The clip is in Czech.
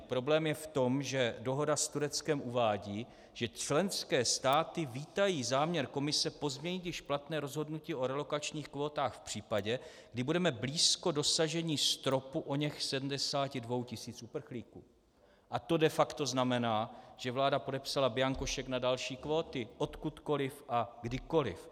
Problém je v tom, že dohoda s Tureckem uvádí, že členské státy vítají záměr Komise pozměnit již platné rozhodnutí o relokačních kvótách v případě, kdy budeme blízko dosažení stropu oněch 72 tisíc uprchlíků, a to de facto znamená, že vláda podepsala bianko šek na další kvóty odkudkoliv a kdykoliv.